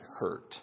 hurt